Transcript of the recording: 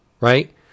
right